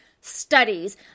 studies